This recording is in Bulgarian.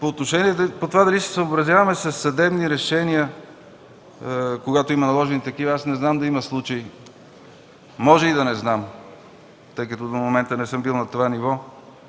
евро. Дали ще се съобразяваме със съдебни решения, когато има наложени такива – не знам да има случаи, може и да не знам, тъй като до момента не съм бил на това ниво.